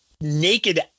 naked